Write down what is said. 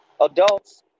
Adults